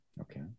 Okay